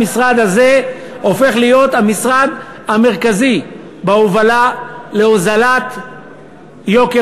המשרד הזה הופך להיות המשרד המרכזי בהובלה להוזלת יוקר